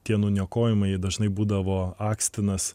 tie nuniokojimai dažnai būdavo akstinas